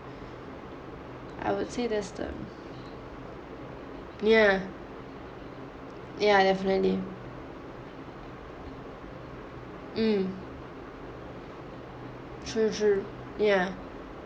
I would say that's the ya ya definitely mm true true ya